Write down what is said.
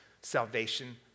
salvation